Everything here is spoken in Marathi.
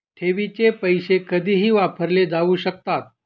ठेवीचे पैसे कधीही वापरले जाऊ शकतात